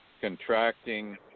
contracting